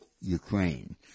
Ukraine